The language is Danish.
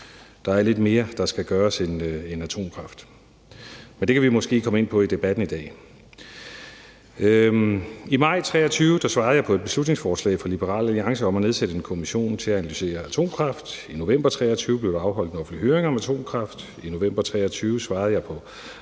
Der skal gøres lidt mere end atomkraft, men det kan vi måske komme ind på i debatten i dag. I maj 2023 svarede jeg på et beslutningsforslag fra Liberal Alliance om at nedsætte en kommission til at analysere atomkraft. I november 2023 blev der afholdt en offentlig høring om atomkraft, og i november 2023 svarede jeg på